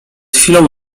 chwilą